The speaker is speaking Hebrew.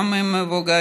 גם עם מבוגרים,